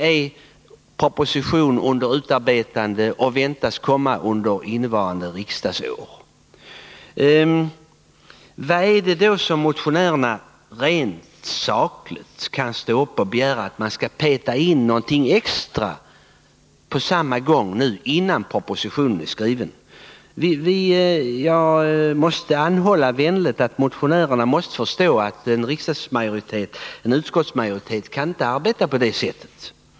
En proposition är under utarbetande och väntas komma under innevarande riksmöte. Vad är det som motionärerna rent sakligt kan begära att man skall ”peta in” extra innan propositionen är skriven? Jag anhåller vänligen om förståelse från motionärerna för att en utskottsmajoritet inte kan arbeta på det sättet.